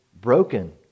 broken